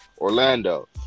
Orlando